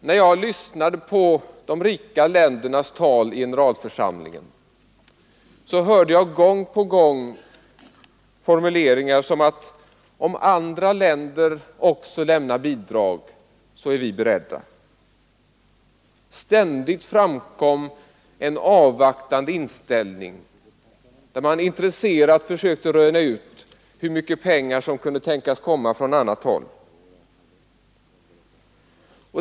När jag lyssnade på de rika ländernas tal i generalförsamlingen, hörde jag gång på gång sådana formuleringar som att om andra länder också lämnar bidrag så är vi beredda. Ständigt framkom en avvaktande inställning, där man intresserat sökte röna ut hur mycket pengar som kunde tänkas komma från andra håll.